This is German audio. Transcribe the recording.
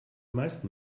meisten